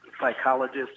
psychologist